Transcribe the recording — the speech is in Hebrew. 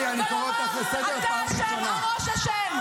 בושה וחרפה.